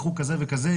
בחוג כזה וכזה,